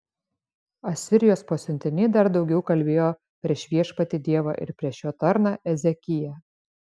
asirijos pasiuntiniai dar daugiau kalbėjo prieš viešpatį dievą ir prieš jo tarną ezekiją